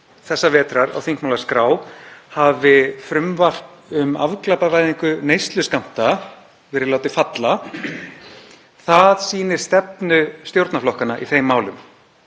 þessa vetrar á þingmálaskrá hafi frumvarp um afglæpavæðingu neysluskammta verið látið falla sýnir stefnu stjórnarflokkanna í þeim málum.